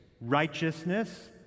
righteousness